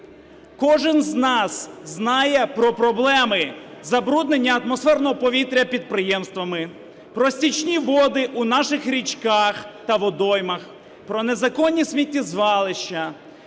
Кожен з нас знає про проблеми забруднення атмосферного повітря підприємствами, про стічні воли у наших річках та водоймах, про незаконні сміттєзвалища,